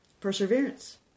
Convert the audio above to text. perseverance